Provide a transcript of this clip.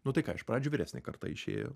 nu tai ką iš pradžių vyresnė karta išėjo